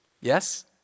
Yes